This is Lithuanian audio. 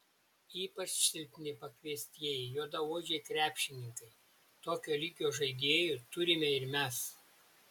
ypač silpni pakviestieji juodaodžiai krepšininkai tokio lygio žaidėjų turime ir mes